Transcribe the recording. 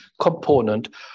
component